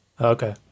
Okay